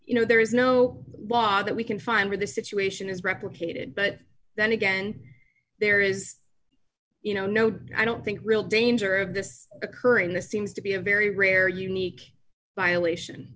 you know there is no law that we can find or the situation is replicated but then again there is you know no i don't think real danger of this occurring the seems to be a very rare unique violation